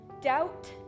doubt